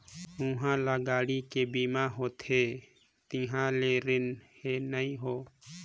उहां ल गाड़ी के बीमा होथे तिहां ले रिन हें नई हों